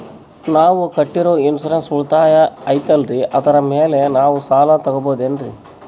ನಾವು ಕಟ್ಟಿರೋ ಇನ್ಸೂರೆನ್ಸ್ ಉಳಿತಾಯ ಐತಾಲ್ರಿ ಅದರ ಮೇಲೆ ನಾವು ಸಾಲ ತಗೋಬಹುದೇನ್ರಿ?